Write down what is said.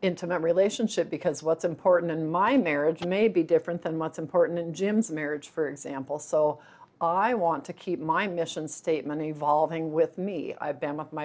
intimate relationship because what's important in my marriage may be different than what's important in jim's marriage for example so i want to keep my mission statement evolving with me i've been with my